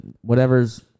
whatever's